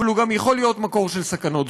אבל הוא יכול להיות גם מקור של סכנות גדולות.